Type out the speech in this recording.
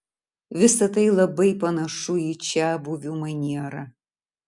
visa tai labai panašu į čiabuvių manierą